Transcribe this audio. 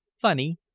funny,